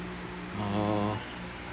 uh